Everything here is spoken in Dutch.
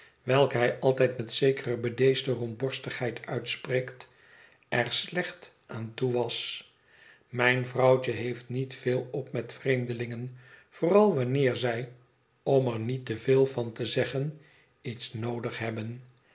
welke hij altijd met zekere bedeesde rondborstigheid uitspreekt er slecht aan toe was mijn vrouwtje heeft niet veel op met vreemdelingen vooral wanneer zij om er niet te veel van te zeggen iets noodig hebben